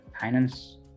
finance